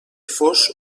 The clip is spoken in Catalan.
fos